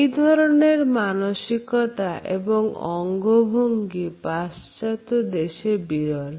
এই ধরনের মানসিকতা এবং অঙ্গভঙ্গি পাশ্চাত্য দেশে বিরল